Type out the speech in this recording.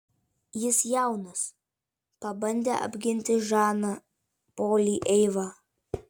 jis jaunas pabandė apginti žaną polį eiva